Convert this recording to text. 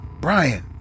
Brian